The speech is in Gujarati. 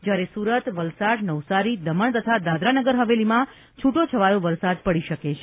જ્યારે સુરત વલસાડ નવસારી દમણ તથા દાદરાનગર હવેલીમાં છુટોછવાયો વરસાદ પડી શકે છે